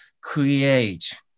create